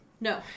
No